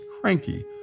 cranky